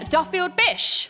Duffield-Bish